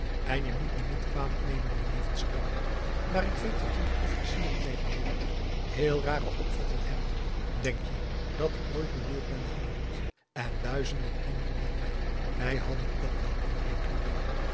en je moet me niet kwalijk nemen meneer van schermbeek maar ik vind dat jonge officieren tegenwoordig heel rare opvattingen hebben denk je dat ik nooit beroerd ben behandeld en duizenden anderen met mij wij hadden ook wel kunnen reclameeren